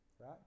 Right